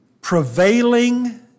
prevailing